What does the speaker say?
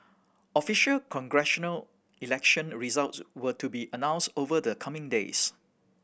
official congressional election results were to be announced over the coming days